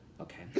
Okay